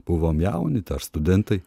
buvom jauni dar studentai